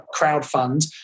crowdfund